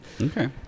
Okay